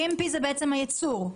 GMP זה בעצם הייצור.